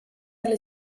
alle